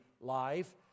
life